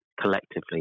collectively